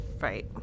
Right